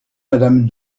madame